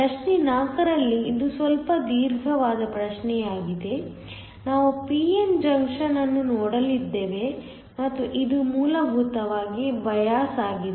ಪ್ರಶ್ನೆ 4 ರಲ್ಲಿ ಇದು ಸ್ವಲ್ಪ ದೀರ್ಘವಾದ ಪ್ರಶ್ನೆಯಾಗಿದೆ ನಾವು p n ಜಂಕ್ಷನ್ ಅನ್ನು ನೋಡಲಿದ್ದೇವೆ ಮತ್ತು ಇದು ಮೂಲಭೂತವಾಗಿ ಬಯಾಸ್ ಆಗಿದೆ